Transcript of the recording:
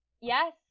Yes